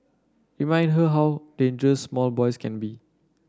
remind her how dangerous small boys can be